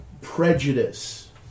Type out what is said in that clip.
prejudice